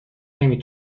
نمی